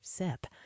sip